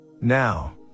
Now